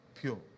pure